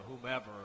whomever